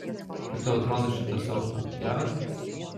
kaip tau atrodo šitas auto geras